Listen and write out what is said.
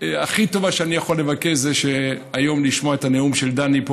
הכי טובה שאני יכול לבקש זה לשמוע היום את הנאום של דני פה,